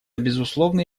безусловно